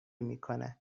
میکنه